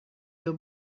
you